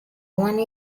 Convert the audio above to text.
one